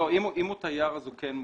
אם הוא תייר, הוא כן מופיע.